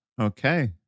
Okay